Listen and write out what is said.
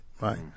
right